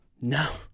No